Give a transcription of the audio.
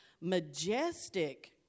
majestic